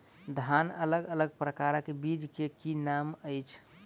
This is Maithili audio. धान अलग अलग प्रकारक बीज केँ की नाम अछि?